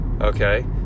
Okay